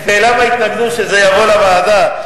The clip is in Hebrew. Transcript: ולמה התנגדו שזה יבוא לוועדה?